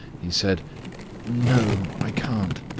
he said no i can't.